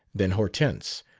than hortense,